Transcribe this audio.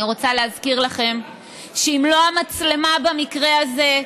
אני רוצה להזכיר לכם שאם לא המצלמה במקרה זה,